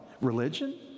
Religion